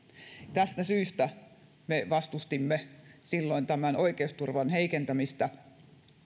tästä syystä me vastustimme silloin kaksituhattakuusitoista oikeusturvan heikentämistä